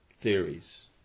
theories